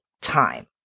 time